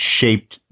shaped